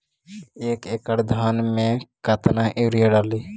एक एकड़ धान मे कतना यूरिया डाली?